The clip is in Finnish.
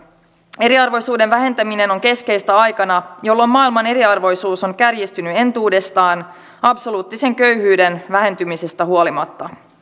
eriarvoisuuden vähentäminen on keskeistä aikana jolloin maailman eriarvoisuus on kärjistynyt entuudestaan absoluuttisen köyhyyden vähentymisestä huolimatta